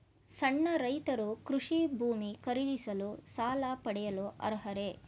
ಸಣ್ಣ ರೈತರು ಕೃಷಿ ಭೂಮಿ ಖರೀದಿಸಲು ಸಾಲ ಪಡೆಯಲು ಅರ್ಹರೇ?